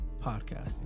podcasting